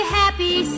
happy